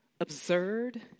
absurd